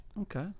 okay